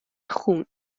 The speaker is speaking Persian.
خون